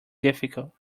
difficult